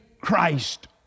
Christ